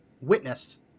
witnessed